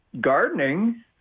gardening